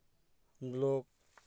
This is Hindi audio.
लोग